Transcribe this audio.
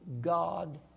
God